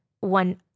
one